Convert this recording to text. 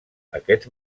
aquests